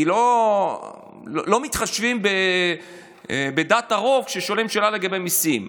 כי לא מתחשבים בדעת הרוב כששואלים שאלה לגבי מיסים.